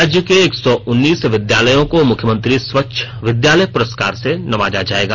राज्य के एक सौ उन्नीस विद्यालयों को मुख्यमंत्री स्वच्छ विद्यालय पुरस्कार से नवाजा जाएगा